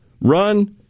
run